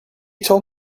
told